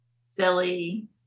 silly